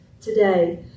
today